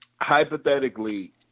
Hypothetically